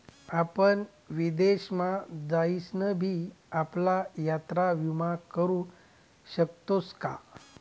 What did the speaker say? आपण विदेश मा जाईसन भी आपला यात्रा विमा करू शकतोस का?